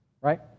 right